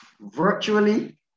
virtually